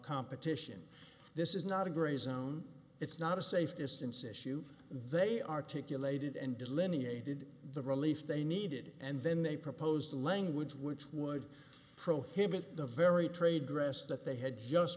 competition this is not a great zone it's not a safe distance issue they articulated and delineated the relief they needed and then they proposed a language which would prohibit the very trade dress that they had just